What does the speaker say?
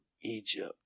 Egypt